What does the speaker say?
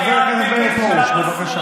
חבר הכנסת מאיר פרוש, בבקשה.